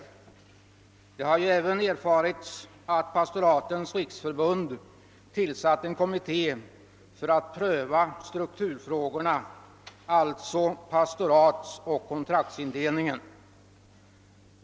Jag har även erfarit att Pastoratens riksförbund har tillsatt en kommitté för att pröva strukturfrågorna, d.v.s. pastoratsoch kontraktsindelningen.